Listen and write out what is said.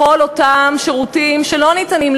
לכל אותם שירותים שלא ניתנים,